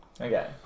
Okay